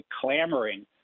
clamoring